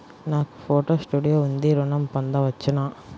నాకు photo studio ఉంది ఋణం పొంద వచ్చునా?